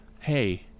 hey